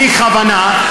בלי כוונה,